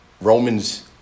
Romans